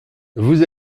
vous